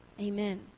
Amen